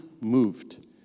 moved